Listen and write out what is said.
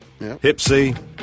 Hipsy